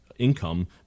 income